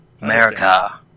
America